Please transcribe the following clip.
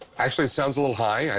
actually, it sounds a little high.